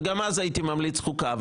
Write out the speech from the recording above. וגם אז הייתי ממליץ על ועדת החוקה,